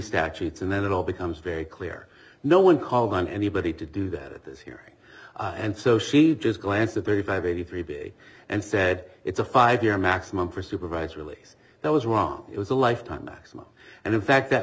statutes and then it all becomes very clear no one called on anybody to do this here and so she just glanced a very five eighty three b and said it's a five year maximum for supervised release that was wrong it was a lifetime maximum and in fact that